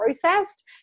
processed